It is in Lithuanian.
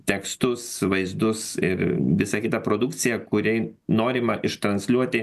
tekstus vaizdus ir visą kitą produkciją kuriai norima iš transliuoti